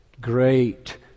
great